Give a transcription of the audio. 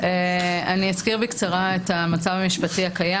אני אזכיר בקצרה את המצב המשפטי הקיים